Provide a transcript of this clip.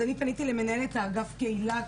אז אני פניתי למנהלת אגף הקהילה,